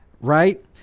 Right